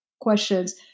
questions